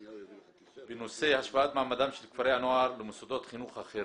דיון מהיר בנושא השוואת מעמד כפרי הנוער למוסדות חינוך אחרים,